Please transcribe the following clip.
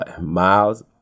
Miles